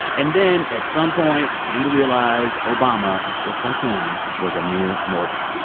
and then at some point came to realize obama, just like them, was a mere mortal.